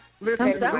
Listen